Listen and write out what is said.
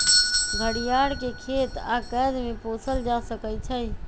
घरियार के खेत आऽ कैद में पोसल जा सकइ छइ